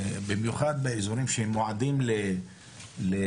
במיוחד באזורים שהם מועדים לאש,